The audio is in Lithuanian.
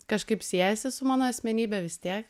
kažkaip siejasi su mano asmenybe vis tiek